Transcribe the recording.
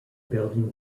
building